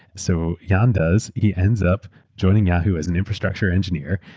so jan does, he ends up joining yahoo! as an infrastructure engineer,